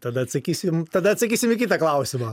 tada atsakysiu jum tada atsakysim į kitą klausimą